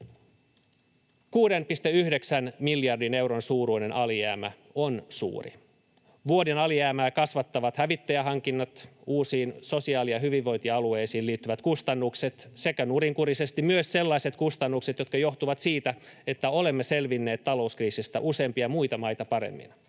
6,9 miljardin euron suuruinen alijäämä on suuri. Vuoden alijäämää kasvattavat hävittäjähankinnat, uusiin sosiaali- ja hyvinvointialueisiin liittyvät kustannukset sekä nurinkurisesti myös sellaiset kustannukset, jotka johtuvat siitä, että olemme selvinneet talouskriisistä useimpia muita maita paremmin.